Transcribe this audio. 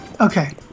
Okay